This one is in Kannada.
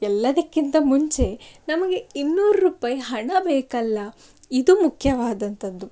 ಎಲ್ಲದಕ್ಕಿಂತ ಮುಂಚೆ ನಮಗೆ ಇನ್ನೂರು ರೂಪಾಯಿ ಹಣ ಬೇಕಲ್ಲಾ ಇದು ಮುಖ್ಯವಾದಂಥದ್ದು